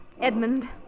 Edmund